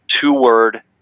two-word